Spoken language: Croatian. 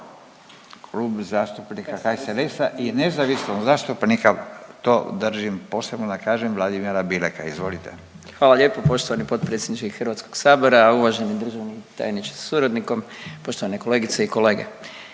Klub zastupnika HSLS-a i nezavisnog zastupnika to držim posebno da kažem Vladimira Bileka. **Klasić, Darko (HSLS)** Hvala lijepo poštovani potpredsjedniče iz Hrvatskog sabora, uvaženi državni tajniče sa suradnikom, poštovane kolegice i kolege.